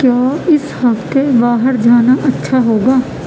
کیا اس ہفتے باہر جانا اچھا ہوگا